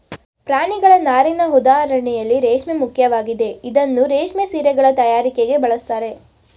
ಪ್ರಾಣಿಗಳ ನಾರಿನ ಉದಾಹರಣೆಯಲ್ಲಿ ರೇಷ್ಮೆ ಮುಖ್ಯವಾಗಿದೆ ಇದನ್ನೂ ರೇಷ್ಮೆ ಸೀರೆಗಳ ತಯಾರಿಕೆಗೆ ಬಳಸ್ತಾರೆ